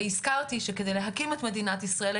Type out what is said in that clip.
והזכרתי שעל מנת להקים את מדינת ישראל,